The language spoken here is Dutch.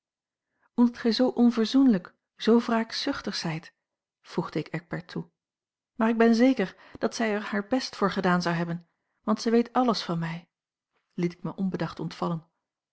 omdat gij z onverzoenlijk zoo wraakzuchtig zijt voegde ik eckbert toe maar ik ben zeker dat zij er haar best voor gedaan zou hebben want zij weet alles van mij liet ik mij onbedacht ontvallen